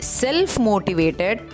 self-motivated